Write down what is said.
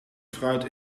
fruit